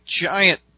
giant